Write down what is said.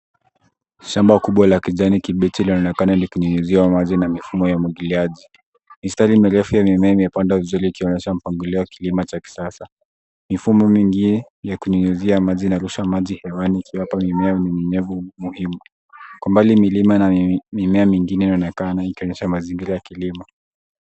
Shamba kubwa la kijani kibichi laonekana likinyunyuziwa maji na mifumo ya umwagiliaji. Mistari ya mimea imepandwa vizuri ikionyesha mpagilio wa kilimo cha kisasa. Mifumo mingine ya kunyunyuzia maji inarusha maji hewani ikwapa mimea unyevu muhimu. Kwa mbali milima na mimea mingine inaonekana ikionyesha mazingira ya kilimo.